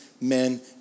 men